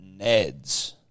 Neds